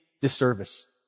disservice